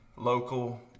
local